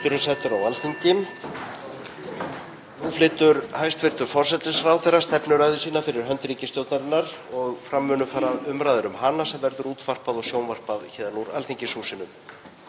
Nú flytur hæstv. forsætisráðherra stefnuræðu sína fyrir hönd ríkisstjórnarinnar og fram munu fara umræður um hana sem verður útvarpað og sjónvarpað héðan úr Alþingishúsinu.